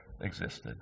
existed